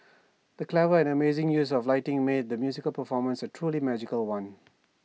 the clever and amazing use of lighting made the musical performance A truly magical one